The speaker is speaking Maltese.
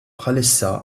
bħalissa